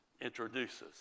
introduces